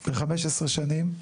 ל-15 שנים?